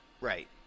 Right